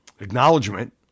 acknowledgement